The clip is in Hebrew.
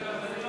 גם אני לא